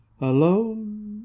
Alone